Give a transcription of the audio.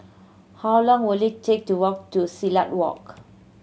how long will it take to walk to Silat Walk